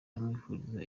amwifuriza